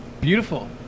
Beautiful